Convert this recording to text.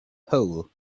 hole